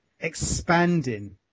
expanding